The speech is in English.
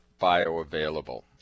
bioavailable